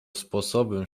sposobem